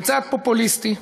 בצעד פופוליסטי,